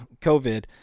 covid